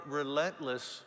relentless